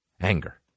Anger